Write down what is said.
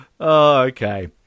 Okay